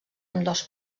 ambdós